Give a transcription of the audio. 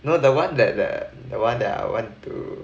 you know the one that that that one that I went to